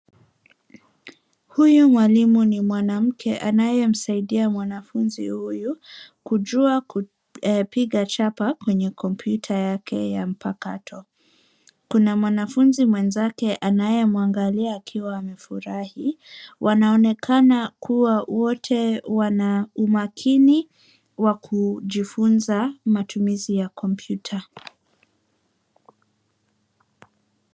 Huyu mwalimu ni mwanamke anayemsaidia mwanafunzi huyu, kujua kupiga chapa kwenye kompyuta yake ya mpakato. Kuna mwanafunzi mwenzake anayemwangalia akiwa amefurahi. Wanaonekana kuwa wote wana umakini wa kujifunza matumizi ya kompyuta.